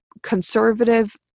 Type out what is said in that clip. Conservative